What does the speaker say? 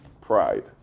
pride